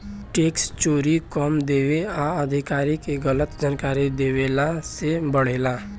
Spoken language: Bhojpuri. टैक्स चोरी कम देवे आ अधिकारी के गलत जानकारी देहला से बढ़ेला